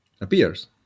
appears